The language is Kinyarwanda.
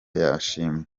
yashimwe